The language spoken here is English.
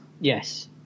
Yes